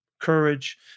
courage